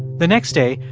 the next day,